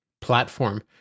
platform